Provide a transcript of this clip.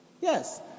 Yes